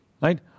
Right